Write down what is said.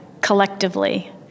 collectively